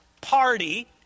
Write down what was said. party